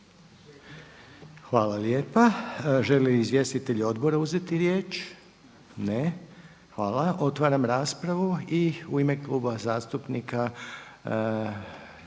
Hvala lijepa. Žele li izvjestitelji odbora uzeti riječ? Ne. Hvala. Otvaram raspravu. I u ime Kluba zastupnika